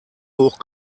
hoch